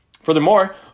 Furthermore